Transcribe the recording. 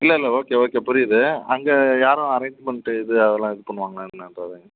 இல்லை இல்லை okay okay புரியுது அங்கே யாரும் அரேஞ்ச்மெண்ட்டு இது அதெல்லாம் இது பண்ணுவாங்களா என்னான்றதாங்க